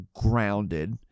grounded